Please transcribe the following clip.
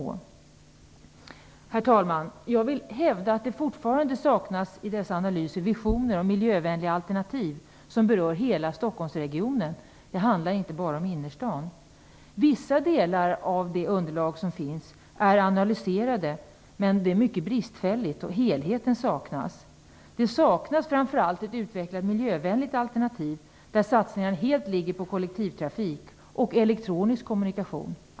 Herr talman! Jag vill hävda att det i dessa analyser fortfarande saknas visioner om miljövänliga alternativ som berör hela Stockholmsregionen - det handlar inte bara om innerstan. Vissa delar av det underlag som finns är analyserade, men det är mycket bristfälligt och helheten saknas. Det saknas framför allt ett utvecklat miljövänligt alternativ där satsningen helt ligger på kollektivtrafik och elektronisk kommunikation.